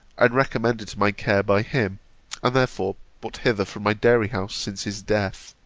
and recommended to my care by him and therefore brought hither from my dairy-house since his death.